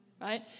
right